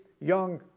young